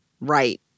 right